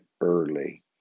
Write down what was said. early